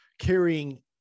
carrying